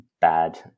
bad